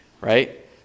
right